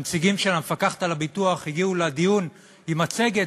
הנציגים של המפקחת על הביטוח הגיעו לדיון עם מצגת